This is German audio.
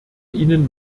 ihnen